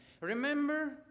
Remember